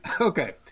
Okay